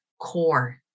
core